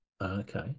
Okay